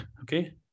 okay